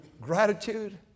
gratitude